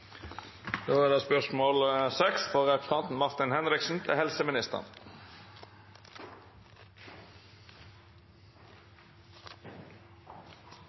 da statsråden er bortreist. Spørsmål 10, fra representanten Ketil Kjenseth til